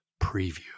preview